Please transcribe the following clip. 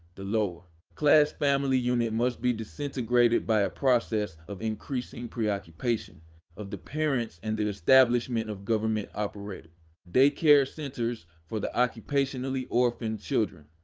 the lower class family unit must be disintegrated by a process of increasing preoccupation of the parents and the establishment of government operated day-care centers for the occupationally orphaned children.